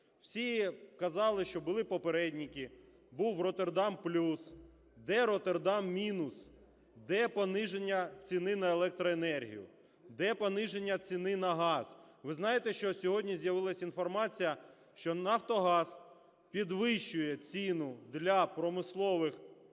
Всі казали, що були попередники, був "Роттердам плюс". Де "Роттердам мінус"? Де пониження ціни на електроенергію? Де пониження ціни на газ? Ви знаєте, що сьогодні з'явилась інформацію, що "Нафтогаз" підвищує ціну для промислових